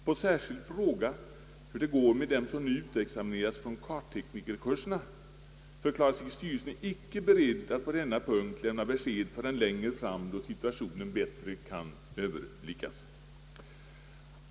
På särskild fråga, hur det går med dem som nu utexamineras från kartteknikerkurserna, förklarade sig styrelsen icke beredd att på denna punkt lämna besked förrän längre fram, då situationen bättre kan överblickas.